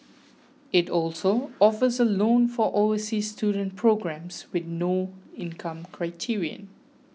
it also offers a loan for overseas children programmes with no income criterion